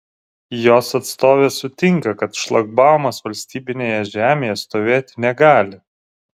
jos atstovė sutinka kad šlagbaumas valstybinėje žemėje stovėti negali